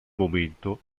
momento